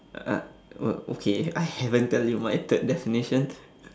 uh o~ okay I haven't tell you my third definition